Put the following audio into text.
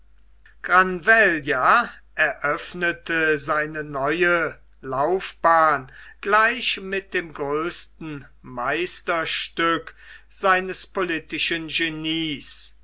granvella eröffnete seine neue laufbahn gleich mit dem größten meisterstück seines politischen genies